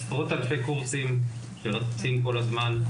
עשרות אלפי קורסים שרצים כל הזמן,